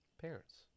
parents